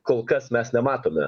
kol kas mes nematome